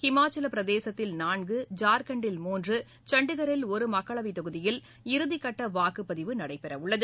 இமாச்சல பிரதேசத்தில் நாள்கு ஜாக்கண்டில் மூன்று சண்டிகளில் ஒரு மக்களவைத் தொகுதியில் இறுதிக்கட்ட வாக்குப்பதிவு நடைபெறவுள்ளது